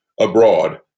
abroad